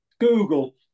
Google